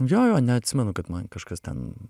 jo jo neatsimenu kad man kažkas ten